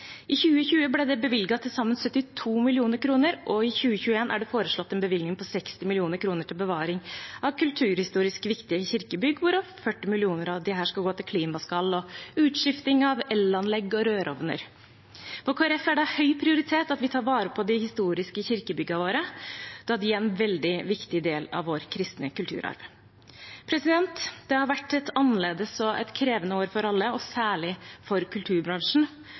I 2020 ble det bevilget til sammen 72 mill. kr, og i 2021 er det foreslått en bevilgning på 60 mill. kr til bevaring av kulturhistorisk viktige kirkebygg, hvorav 40 mill. kr av disse skal gå til klimaskall og utskifting av elanlegg og rørovner. For Kristelig Folkeparti er det av høy prioritet at vi tar vare på de historiske kirkebyggene våre, da de er en veldig viktig del av vår kristne kulturarv. Det har vært et annerledes og krevende år for alle – og særlig for kulturbransjen.